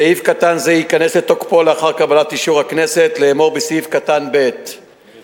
סעיף קטן זה ייכנס לתוקפו לאחר קבלת אישור הכנסת לאמור בסעיף ב שלהלן,